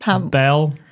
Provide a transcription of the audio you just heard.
Bell